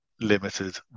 Limited